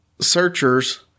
searchers